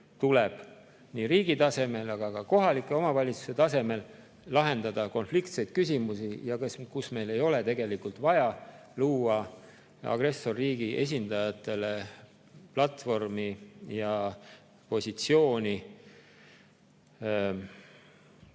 riigi tasemel, aga ka kohalike omavalitsuste tasemel lahendada konfliktseid küsimusi ja kus meil ei ole vaja luua agressorriigi esindajatele platvormi ja positsiooni,